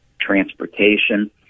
transportation